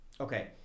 Okay